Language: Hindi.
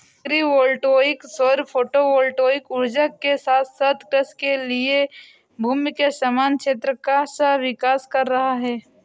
एग्री वोल्टिक सौर फोटोवोल्टिक ऊर्जा के साथ साथ कृषि के लिए भूमि के समान क्षेत्र का सह विकास कर रहा है